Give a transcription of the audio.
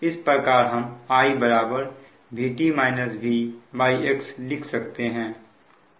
इसी प्रकार हम I Vt Vx लिख सकते हैं